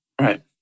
Right